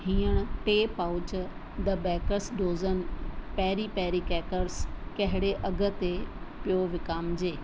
हींअर टे pouch the Baker's Dozen peri peri crackers कहिड़े अघ ते पियो विकामिजे